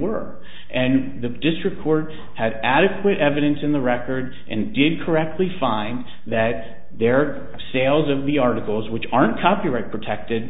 were and the district court had adequate evidence in the records and didn't correctly find that their sales of the articles which aren't copyright protected